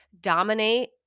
dominate